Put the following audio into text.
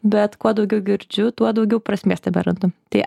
bet kuo daugiau girdžiu tuo daugiau prasmės tame randu tai